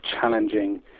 challenging